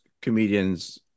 comedians